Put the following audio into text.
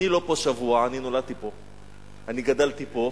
אני לא פה שבוע, אני נולדתי פה, אני גדלתי פה,